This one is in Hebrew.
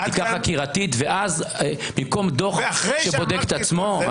בדיקה חקירתית במקום דוח שבודק את עצמו?